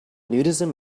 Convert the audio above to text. nudism